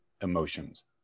emotions